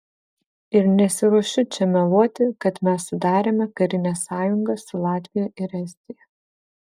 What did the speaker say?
ir nesiruošiu čia meluoti kad mes sudarėme karinę sąjungą su latvija ir estija